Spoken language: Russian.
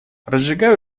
разжигай